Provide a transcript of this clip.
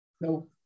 No